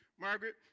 Margaret